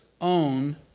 own